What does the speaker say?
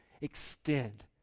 extend